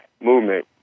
movement